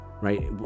Right